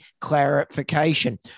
clarification